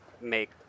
make